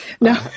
no